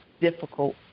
difficult